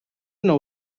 nou